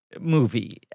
movie